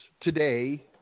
today